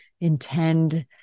intend